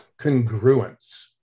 Congruence